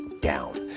down